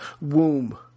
womb